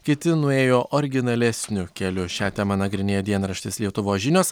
kiti nuėjo originalesniu keliu šią temą nagrinėja dienraštis lietuvos žinios